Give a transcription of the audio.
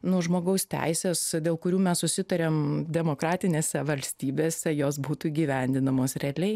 nu žmogaus teisės dėl kurių mes susitariam demokratinėse valstybėse jos būtų įgyvendinamos realiai